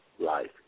Life